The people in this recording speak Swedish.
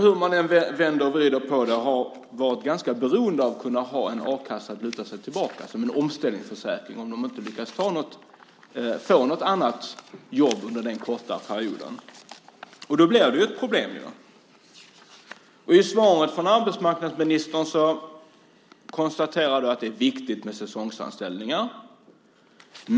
Hur man än vänder och vrider på det har dessa människor varit ganska beroende av att kunna ha en a-kassa att luta sig tillbaka på som en omställningsförsäkring om de inte lyckats få något annat jobb under den korta perioden. Det blir då ett problem. I svaret från arbetsmarknadsministern konstaterar han att det är viktigt med säsongsanställningar.